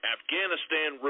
Afghanistan